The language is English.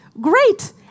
Great